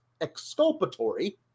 exculpatory